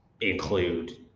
include